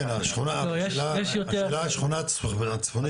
כן השאלה השכונה הצפונית,